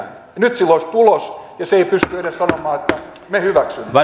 nyt sillä olisi tulos ja se ei pysty edes sanomaan että me hyväksymme